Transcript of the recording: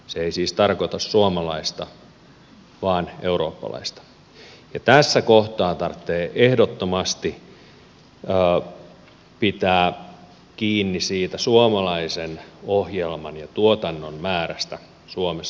ne eivät siis tarkoita suomalaista vaan eurooppalaista ja tässä kohtaa tarvitsee ehdottomasti pitää kiinni siitä suomalaisen ohjelman ja tuotannon määrästä suomessa